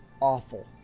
awful